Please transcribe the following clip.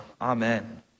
amen